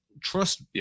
trust